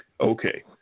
Okay